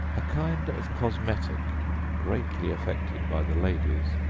a kind of cosmetic greatly affected by the ladies,